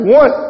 one